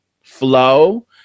flow